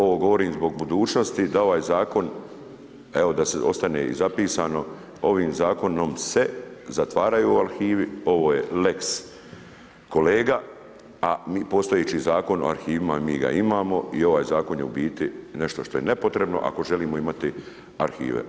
Ovo govorim zbog budućnosti, da ovaj zakon evo da se ostane zapisano, ovim zakonom se zatvaraju arhivi, ovo je lex kolega, a postojeći Zakon o arhivima, mi ga imamo i ovaj zakon je u biti nešto što je nepotrebno ako želimo imati arhive.